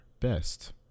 best